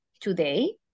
today